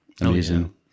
amazing